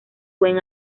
buen